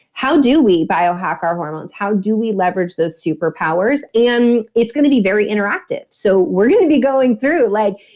how do we biohacker hormones how do we leverage those superpowers and it's going to be very interactive. so we're going to be going through like,